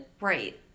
Right